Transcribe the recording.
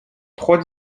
trois